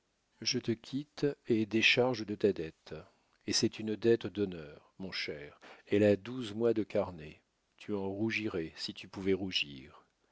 je te quitte et décharge de ta dette et c'est une dette d'honneur mon cher elle a douze mois de carnet tu en rougirais si tu pouvais rougir